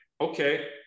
Okay